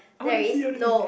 I want to see